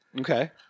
Okay